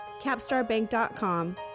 capstarbank.com